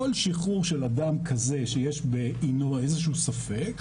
כל שיחרור של אדם כזה שיש עימו איזשהו ספק,